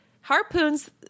harpoons